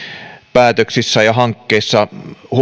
päätöksissä ja hankkeissa